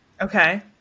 Okay